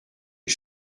est